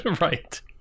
Right